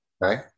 Right